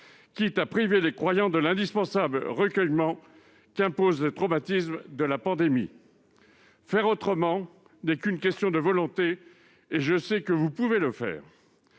quitte à priver les croyants de l'indispensable recueillement qu'imposent les traumatismes de la pandémie. Faire autrement n'est qu'une question de volonté, et je sais que vous pouvez le faire.